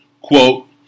quote